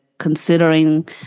considering